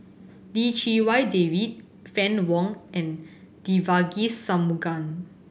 Lim Chee Wai David Fann Wong and Devagi Sanmugam